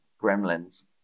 Gremlins